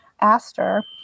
Aster